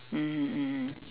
mmhmm mmhmm